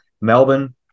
Melbourne